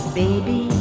baby